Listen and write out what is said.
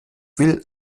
will